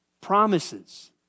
promises